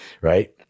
right